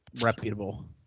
reputable